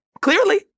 clearly